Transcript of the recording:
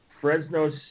Fresno